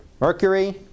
Mercury